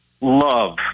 love